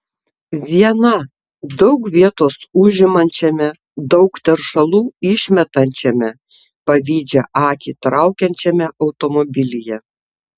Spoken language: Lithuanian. viena daug vietos užimančiame daug teršalų išmetančiame pavydžią akį traukiančiame automobilyje